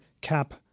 CAP